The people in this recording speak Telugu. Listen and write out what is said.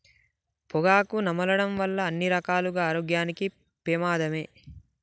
పొగాకు నమలడం వల్ల అన్ని రకాలుగా ఆరోగ్యానికి పెమాదమే